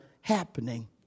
happening